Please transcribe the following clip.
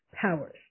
powers